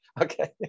Okay